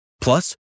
Plus